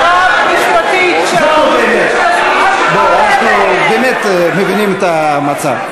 באמת מבינים את המצב.